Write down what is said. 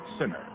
Sinner